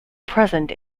present